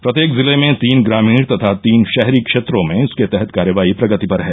प्रत्येक जिले में तीन ग्रामीण तथा तीन शहरी क्षेत्रों में इसके तहत कार्यवाही प्रगति पर है